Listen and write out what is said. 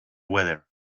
weather